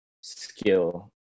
skill